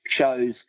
shows